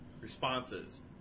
responses